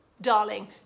darling